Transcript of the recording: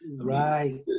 Right